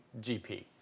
GP